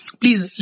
please